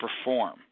perform